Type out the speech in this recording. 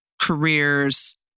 careers